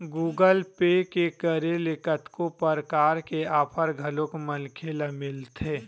Google Pay के करे ले कतको परकार के आफर घलोक मनखे ल मिलथे